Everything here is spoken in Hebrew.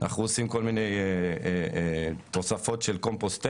אנחנו עושים כל מיני תוספות של קומפוסטיק,